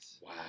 Wow